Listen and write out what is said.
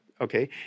okay